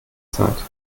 zeit